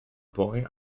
boy